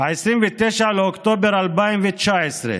29 באוקטובר 2019,